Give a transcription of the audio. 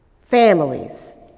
Families